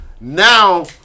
Now